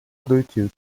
bluetooth